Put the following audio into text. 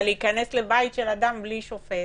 אבל להיכנס לבית של אדם ללא צו שופט.